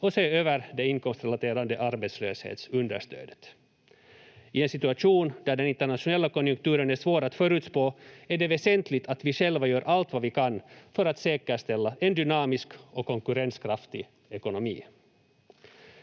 och se över det inkomstrelaterade arbetslöshetsunderstödet. I en situation där den internationella konjunkturen är svår att förutspå är det väsentligt att vi själva gör allt vad vi kan för att säkerställa en dynamisk och konkurrenskraftig ekonomi.